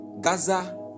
Gaza